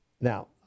Now